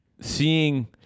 seeing